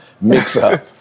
mix-up